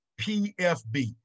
PFB